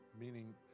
meaning